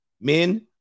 men